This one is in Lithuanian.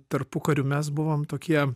tarpukariu mes buvom tokie